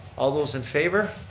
all those in favor.